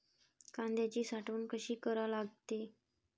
कांद्याची साठवन कसी करा लागते?